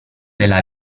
della